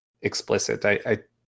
explicit